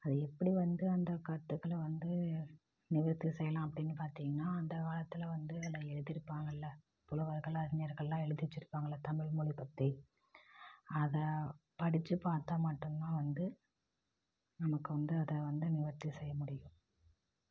அது எப்படி வந்து அந்த கருத்துக்களை வந்து நிவர்த்தி செய்யலாம் அப்படினு பார்த்திங்கனா அந்த காலத்தில் வந்து அதில் எழுதிருப்பாங்கயில்ல புலவர்கள் அறிஞர்கள்லாம் எழுதி வச்சிருப்பாங்கயில்ல தமிழ்மொழி பற்றி அதை படித்து பார்த்தா மட்டும் தான் வந்து நமக்கு வந்து அதை வந்து நிவர்த்தி செய்ய முடியும்